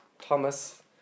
Thomas